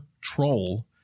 troll